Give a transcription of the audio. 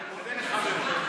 אני מודה לך מאוד.